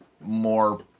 more